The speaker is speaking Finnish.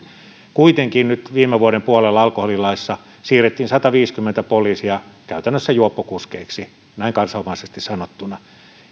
kuitenkin viime vuoden puolella alkoholilaissa siirrettiin sataviisikymmentä poliisia käytännössä juoppokuskeiksi näin kansanomaisesti sanottuna